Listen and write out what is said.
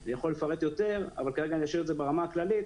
אני יכול לפרט יותר אבל כרגע אני אשאיר את זה ברמה הכללית